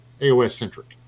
AOS-centric